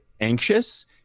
anxious